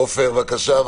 עופר, בבקשה.